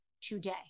Today